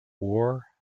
war